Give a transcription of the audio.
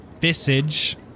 visage